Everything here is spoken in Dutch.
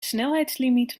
snelheidslimiet